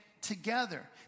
together